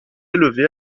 élevé